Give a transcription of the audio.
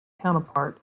counterparts